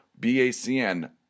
BACN